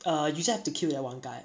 err you just have to kill that one guy